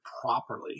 properly